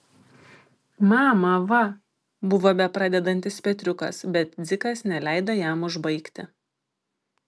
mama va buvo bepradedantis petriukas bet dzikas neleido jam užbaigti